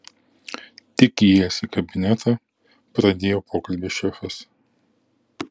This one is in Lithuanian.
tik įėjęs į kabinetą pradėjo pokalbį šefas